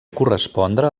correspondre